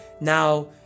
now